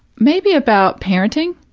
maybe about parenting.